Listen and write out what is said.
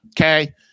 Okay